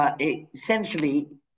Essentially